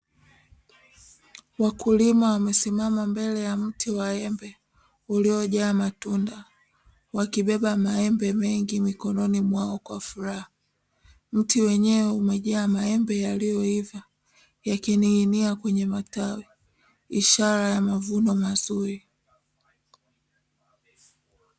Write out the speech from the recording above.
Wakulima wamesimama mbele ya mti wa embe uliojaa matunda, wakibeba maembe mengi mikononi mwao kwa furaha. Mti wenyewe umejaa maembe yaliyoiva yakining'inia kwenye matawi, ishara ya mavuno mazuri.